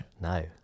No